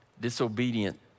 disobedient